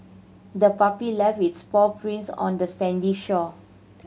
the puppy left its paw prints on the sandy shore